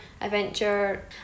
adventure